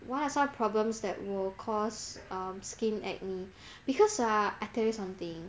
what are some problems that will cause um skin acne because ah I tell you something